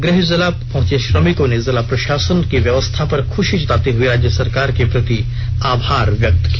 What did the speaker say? गृह जिला पहुंचे श्रमिकों ने जिला प्रशासन की व्यवस्था पर खुशी जताते हुए राज्य सरकार के प्रति आभार व्यक्त किया